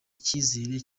icyizere